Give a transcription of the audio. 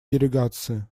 делегации